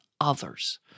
others